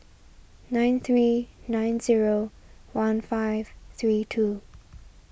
nine three nine zero one five three two